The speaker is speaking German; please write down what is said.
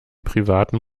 privaten